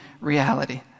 reality